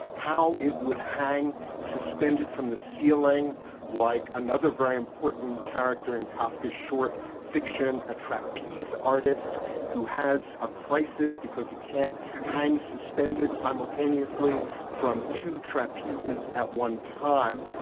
how it would hang suspended from the ceiling like another very important character in kafka's short fiction, a trapeze artist who has a crisis because he can't hang suspended simultaneously from two trapezes at one time,